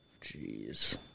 Jeez